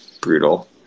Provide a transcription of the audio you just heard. brutal